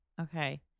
Okay